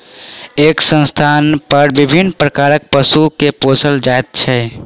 एक स्थानपर विभिन्न प्रकारक पशु के पोसल जाइत छै